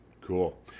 cool